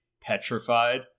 petrified